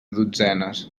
dotzenes